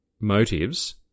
motives